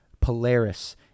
Polaris